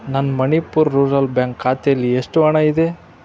ನನ್ನ Manipur rural bank ಖಾತೇಲಿ ಎಷ್ಟು ಹಣ ಇದೆ